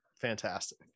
fantastic